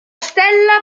stella